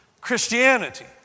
Christianity